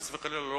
חס וחלילה,